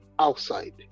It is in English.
outside